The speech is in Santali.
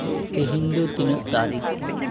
ᱛᱮᱦᱤᱧ ᱫᱚ ᱛᱤᱱᱟᱹᱜ ᱛᱟᱹᱨᱤᱠᱷ